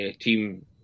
team